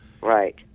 Right